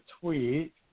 tweet